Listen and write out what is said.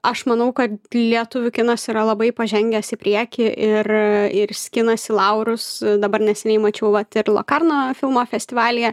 aš manau kad lietuvių kinas yra labai pažengęs į priekį ir ir skinasi laurus dabar neseniai mačiau vat ir lokarno filmo festivalyje